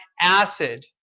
acid